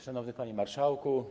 Szanowny Panie Marszałku!